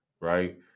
right